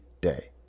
day